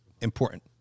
important